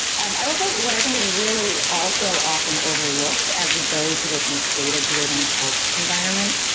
um i was, like what i think is really also often overlooked, as we go to this data-driven health environment,